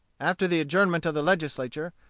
after the adjournment of the legislature,